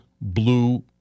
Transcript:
blue